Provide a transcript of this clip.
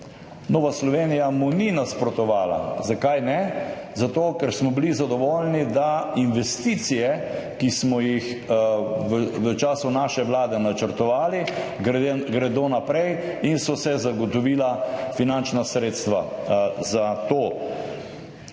Nova Slovenija mu ni nasprotovala. Zakaj ne? Zato ker smo bili zadovoljni, da investicije, ki smo jih v času naše vlade načrtovali, gredo naprej in so se zagotovila finančna sredstva za to.